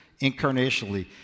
incarnationally